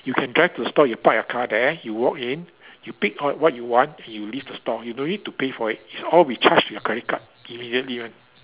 you can drive to the store you park your car there you walk in you pick what what you want and you leave the store you no need to pay for it it's all be charged in your credit card immediately one